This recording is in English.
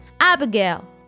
Abigail